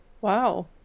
Wow